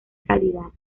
calidad